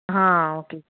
हा ओके